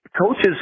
coaches